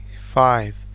five